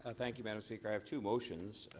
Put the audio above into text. ah thank you, madam speaker. i have two motions.